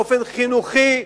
באופן חינוכי,